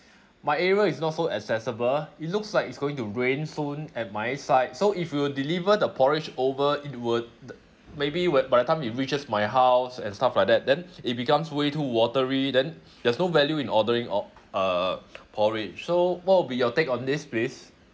my area is not so accessible it looks like it's going to rain soon at my side so if you deliver the porridge over it would maybe when by the time it reaches my house and stuff like that then it becomes way too watery then there's no value in ordering o~ uh porridge so what would be your take on this please